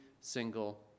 single